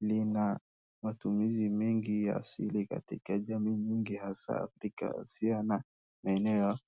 lina matumizi mengi ya asili katika jamii mingi hasa katika sia na maeneo ya .